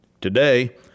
Today